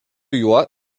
juo